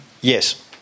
Yes